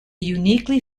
uniquely